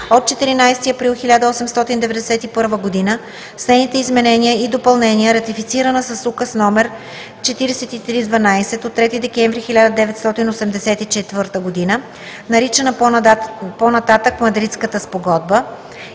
от 14 април 1891 г., с нейните изменения и допълнения, ратифицирана с Указ № 4312 от 3 декември 1984 г., наричана по-нататък „Мадридската спогодба“